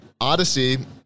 Odyssey